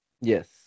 Yes